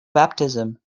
baptism